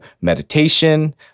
meditation